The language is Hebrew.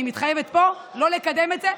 אני מתחייבת פה לא לקדם את זה,